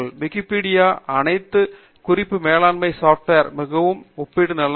விக்கிபீடியாவில் அனைத்து குறிப்பு மேலாண்மை சாப்ட்வேர்களிலும் மிகவும் நல்ல ஒப்பீடு உள்ளது